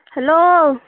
hello